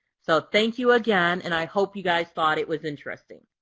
so thank you again. and i hope you guys thought it was interesting.